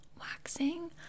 waxing